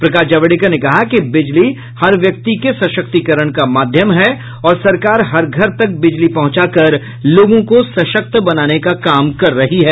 प्रकाश जावड़ेकर ने कहा कि बिजली हर व्यक्ति के सशक्तिकरण का माध्यम है और सरकार हर घर तक बिजली पहुंचाकर लोगों को सशक्त बनाने का काम कर रही है